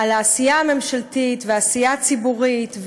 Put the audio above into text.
על העשייה הממשלתית והעשייה הציבורית,